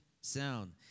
sound